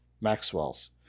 Maxwell's